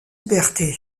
liberté